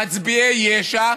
מצביעי יש"ע,